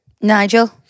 Nigel